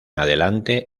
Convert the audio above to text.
adelante